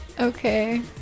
Okay